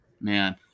man